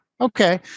Okay